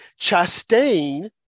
Chastain